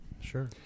Sure